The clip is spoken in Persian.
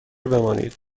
بمانید